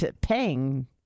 paying